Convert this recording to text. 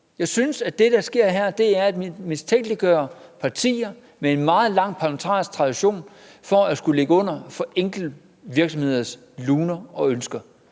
Jeg synes, at det, der sker her, er, at man mistænker partier med en meget lang parlamentarisk tradition for at ligge under for enkeltvirksomheders luner og ønsker.